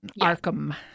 Arkham